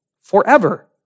forever